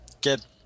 Get